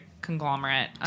conglomerate